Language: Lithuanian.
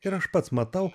ir aš pats matau